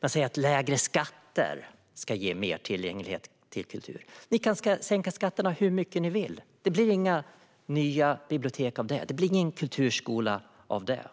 Man säger att lägre skatter ska ge mer tillgänglighet till kultur. Ni kan sänka skatterna hur mycket ni vill - det blir inga nya bibliotek av det. Det blir ingen kulturskola av det.